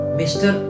mr